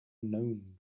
known